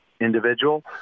individual